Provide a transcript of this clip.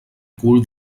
cul